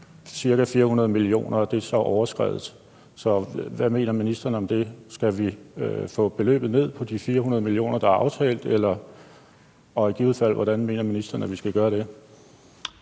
ca. 400 mio. kr. Det beløb er overskredet, så hvad mener ministeren om det? Skal vi få beløbet ned på de 400 mio. kr., der er aftalt? Og hvordan mener ministeren i givet fald at vi skal gøre det?